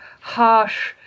harsh